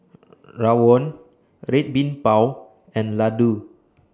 Rawon Red Bean Bao and Laddu